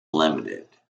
limited